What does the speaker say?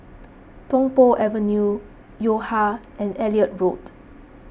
Tung Po Avenue Yo Ha and Elliot Road